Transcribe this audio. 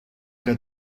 que